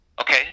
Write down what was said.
okay